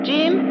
Jim